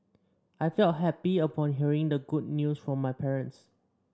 I felt happy upon hearing the good news from my parents